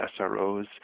SROs